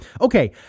Okay